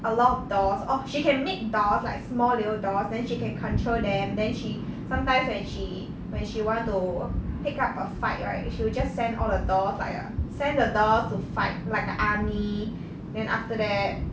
a lot of dolls orh she can make dolls like small little dolls then she can control them then she sometimes when she when she want to pick up a fight right she will just send all the dolls like a send the dolls to fight like a army then after that